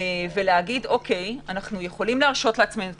ולומר: אנו יכולים להרשות לעצמנו את